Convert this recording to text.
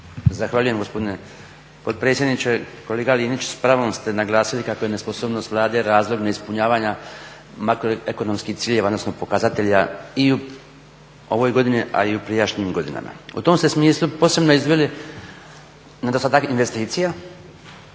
Zahvaljujem gospodine potpredsjedniče. Kolega Linić, s pravom ste naglasili kako je nesposobnost Vlade razlog neispunjavanja makroekonomskih ciljeva, odnosno pokazatelja i u ovoj godini, a i u prijašnjim godinama. U tom ste smislu posebno izveli nedostatak investicija,